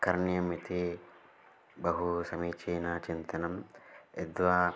करणीयमिति बहु समीचीनं चिन्तनं यद् वा